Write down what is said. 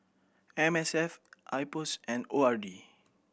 M S F IPOS and O R D